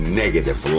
negative